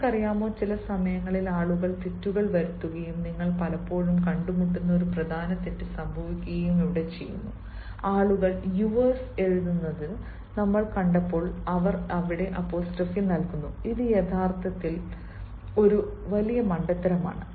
നിങ്ങൾക്കറിയാമോ ചില സമയങ്ങളിൽ ആളുകൾ തെറ്റുകൾ വരുത്തുകയും നിങ്ങൾ പലപ്പോഴും കണ്ടുമുട്ടുന്ന ഒരു പ്രധാന തെറ്റ് സംഭവിക്കുകയും ചെയ്യുന്നു ആളുകൾ യുവേഴ്സ് എഴുതുന്നത് നമ്മൾ കണ്ടപ്പോൾ അവർ അവിടെ അപ്പോസ്ട്രോഫി നൽകുന്നു ഇത് യഥാർത്ഥത്തിൽ എന്റെ പ്രിയ സുഹൃത്ത് ഒരു വലിയ മണ്ടത്തരമാണ്